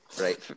Right